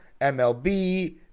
MLB